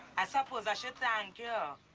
i suppose i should thank you.